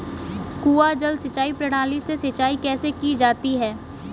कुआँ जल सिंचाई प्रणाली से सिंचाई कैसे की जाती है?